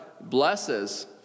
blesses